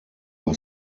are